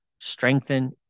strengthen